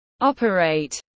operate